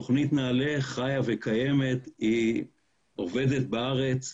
תוכנית נעל"ה חיה וקיימת, היא עובדת בארץ,